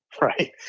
right